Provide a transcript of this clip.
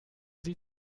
sie